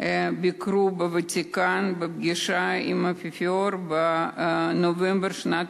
ביקרו בוותיקן ונפגשו עם האפיפיור בנובמבר שנת